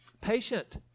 patient